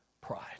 Pride